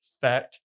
fact